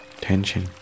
tension